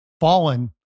fallen